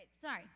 sorry